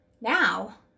now